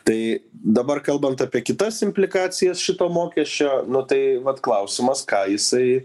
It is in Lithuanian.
tai dabar kalbant apie kitas implikacijas šito mokesčio nu tai vat klausimas ką jisai